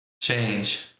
change